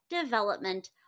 development